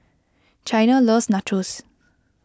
Chyna loves Nachos